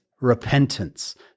repentance